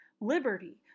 liberty